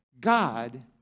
God